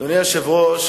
אדוני היושב-ראש,